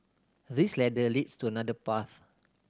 this ladder leads to another path